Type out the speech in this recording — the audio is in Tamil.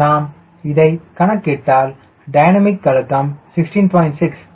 நாம் இதை கணக்கிட்டால் டைனமிக் அழுத்தம் 16